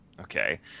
Okay